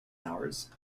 hours